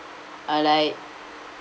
uh like